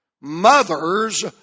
Mothers